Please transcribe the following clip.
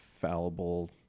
fallible